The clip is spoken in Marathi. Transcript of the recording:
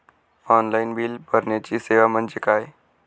ऑनलाईन बिल भरण्याची सेवा म्हणजे काय?